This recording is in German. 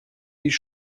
ich